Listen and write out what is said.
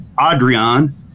Adrian